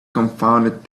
confounded